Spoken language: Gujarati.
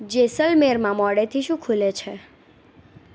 જેસલમેરમાં મોડેથી શું ખુલે છે